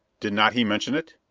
did not he mention it?